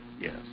Yes